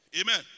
Amen